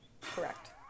correct